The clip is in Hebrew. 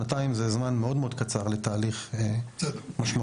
שזה זמן מאוד קצר לתהליך משמעותי.